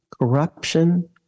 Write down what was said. corruption